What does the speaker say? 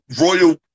royal